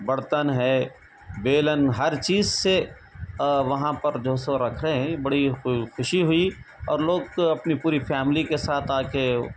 برتن ہے بیلن ہر چیز سے وہاں پر جو ہے سو رکھتے ہیں بڑی خو خوشی ہوئی اور لوگ اپنی پوری فیملی کے ساتھ آ کے